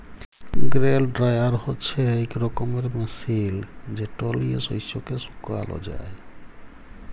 grain dryer হছে ইক রকমের মেশিল যেট লিঁয়ে শস্যকে শুকাল যায়